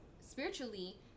Spiritually